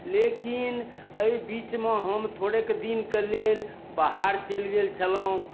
लेकिन एहि बीचमे हम थोड़ेक दिनके लेल बाहर चलि गेल छलहुँ